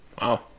wow